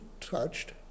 touched